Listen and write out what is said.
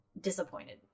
Disappointed